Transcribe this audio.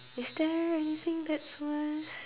is there anything that's worse